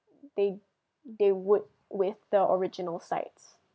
they they would with the original sites